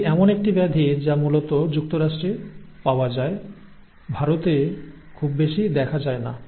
এটি এমন একটি ব্যাধি যা মূলত যুক্তরাষ্ট্রে পাওয়া যায় ভারতে খুব বেশি দেখা যায় না